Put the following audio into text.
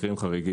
למקרים חריגים.